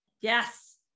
yes